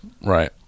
Right